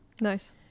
Nice